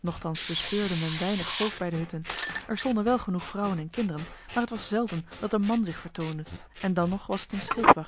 nochtans bespeurde men weinig volk bij de hutten er stonden wel genoeg vrouwen en kinderen maar het was zelden dat een man zich vertoonde en dan nog was het een